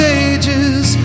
ages